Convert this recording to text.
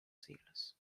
siglos